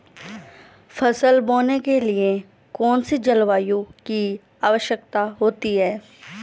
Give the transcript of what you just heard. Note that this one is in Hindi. फसल बोने के लिए कौन सी जलवायु की आवश्यकता होती है?